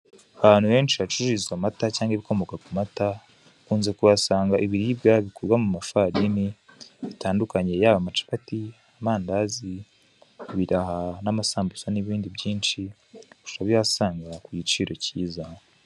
Ahantu henshi hacururizwa amata cyangwa ibikomoka ku mata, ukunze kuhasanga ibiribwa bikorwa mu mafarini bitandukanye, yaba capati, amandazi, ibiraha na amasambusa na ibindi byinshi, urabihasanga kugiciro cyiza.